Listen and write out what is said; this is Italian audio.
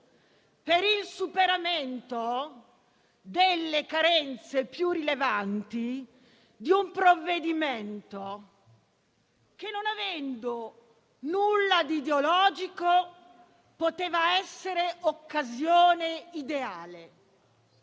per il superamento delle carenze più rilevanti di un provvedimento che, non avendo nulla di ideologico, poteva essere occasione ideale